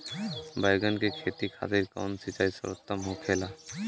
बैगन के खेती खातिर कवन सिचाई सर्वोतम होखेला?